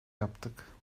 yaptık